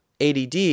ADD